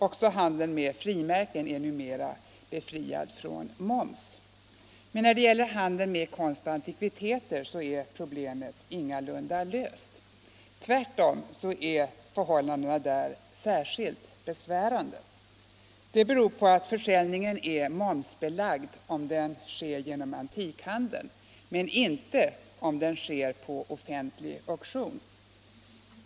Också handeln med frimärken är numera befriad från moms. När det gäller handeln med konst och antikviteter är problemet däremot ingalunda löst. Tvärtom är förhållandena där särskilt besvärande. Det beror på att försäljning är momsbelagd om den sker genom antikhandeln men inte om den sker på offentlig auktion.